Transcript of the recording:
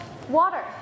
water